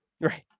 Right